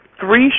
three